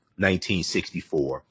1964